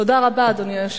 תודה רבה, אדוני היושב-ראש.